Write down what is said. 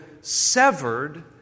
severed